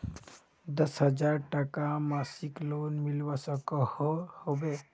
दस हजार टकार मासिक लोन मिलवा सकोहो होबे?